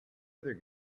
other